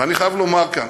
ואני חייב לומר כאן,